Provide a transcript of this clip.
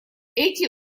эти